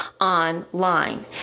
online